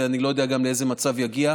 ואני לא יודע לאיזה מצב יגיע?